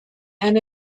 and